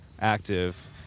active